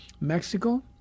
Mexico